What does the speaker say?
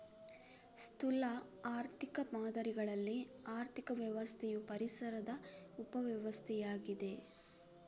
ಸ್ಥೂಲ ಆರ್ಥಿಕ ಮಾದರಿಗಳಲ್ಲಿ ಆರ್ಥಿಕ ವ್ಯವಸ್ಥೆಯು ಪರಿಸರದ ಉಪ ವ್ಯವಸ್ಥೆಯಾಗಿದೆ